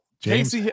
James